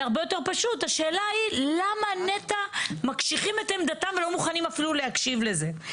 השאלה היא למה נת"ע מקשיחים את עמדתם ולא מוכנים אפילו להקשיב לזה.